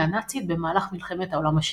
הנאצית במהלך מלחמת העולם השנייה.